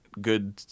good